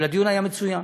אבל הדיון היה מצוין.